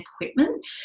equipment